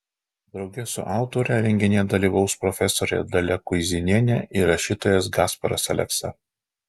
drauge su autore renginyje dalyvaus profesorė dalia kuizinienė ir rašytojas gasparas aleksa